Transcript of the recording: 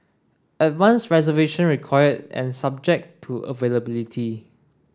advanced reservation required and subject to availability